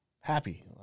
happy